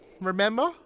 remember